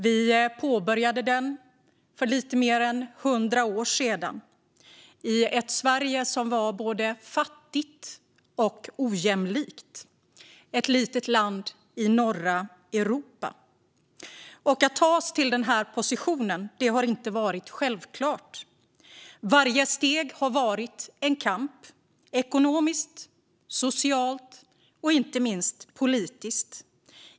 Vi påbörjade den för lite mer än 100 år sedan i ett Sverige som var ett både fattigt och ojämlikt litet land i norra Europa. Att vi skulle ta oss till den här positionen har inte varit självklart. Varje steg har varit en kamp ekonomiskt, socialt och inte minst politiskt.